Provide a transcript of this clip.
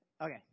okay